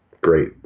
great